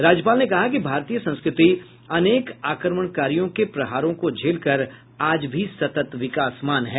राज्यपाल ने कहा कि भारतीय संस्कृति अनेक आक्रमणकारियों के प्रहारों को झेलकर आज भी सतत विकासमान है